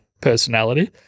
personality